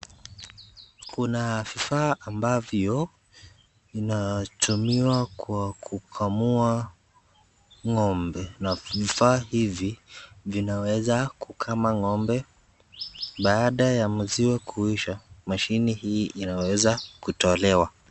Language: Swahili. Kuna vifaa ambavyo inatumiwa kwa kukamuwa ng'ombe na vifaa hizi zinaweza kukama ng'ombe baada ya maziwa kuisha mashini hii inaweza kutolewa.